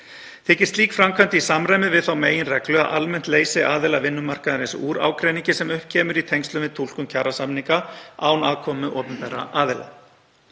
Þykir slík framkvæmd í samræmi við þá meginreglu að almennt leysi aðilar vinnumarkaðarins úr ágreiningi sem upp kemur í tengslum við túlkun kjarasamninga án aðkomu opinberra aðila.